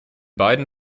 beiden